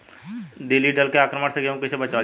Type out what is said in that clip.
टिडी दल के आक्रमण से गेहूँ के कइसे बचावल जाला?